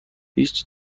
هیچ